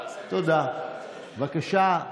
בבקשה,